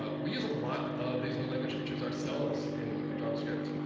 ah we use a lot of these new language features ourselves in our javascript.